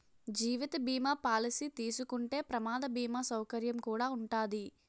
జీవిత బీమా పాలసీ తీసుకుంటే ప్రమాద బీమా సౌకర్యం కుడా ఉంటాది